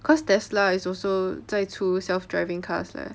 cause tesla is also 在出 self driving cars lah